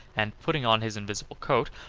and, putting on his invisible coat,